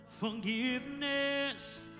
Forgiveness